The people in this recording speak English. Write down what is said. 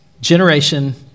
generation